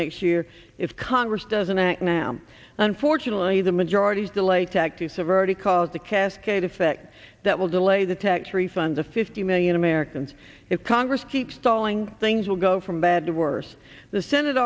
next year if congress doesn't act now unfortunately the majority's delay tactics have already called the cascade effect that will delay the tax refund the fifty million americans if congress keeps stalling things will go from bad to worse the senate